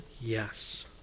yes